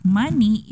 money